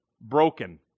broken